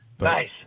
Nice